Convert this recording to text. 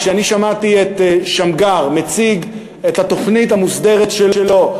כשאני שמעתי את שמגר מציג את התוכנית המוסדרת שלו,